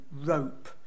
rope